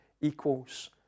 equals